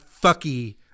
fucky